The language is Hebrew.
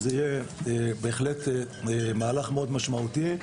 זה יהיה בהחלט מהלך מאוד משמעותי.